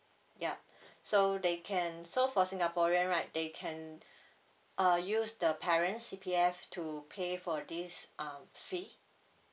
yup so they can so for singaporean right they can uh use the parents' C_P_F to pay for this um fee